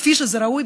כפי שראוי.